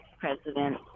president